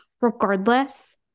regardless